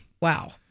Wow